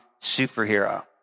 superhero